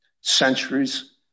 centuries